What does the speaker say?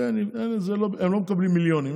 הם לא מקבלים מיליונים.